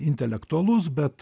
intelektualus bet